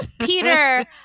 Peter